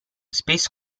space